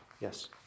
Yes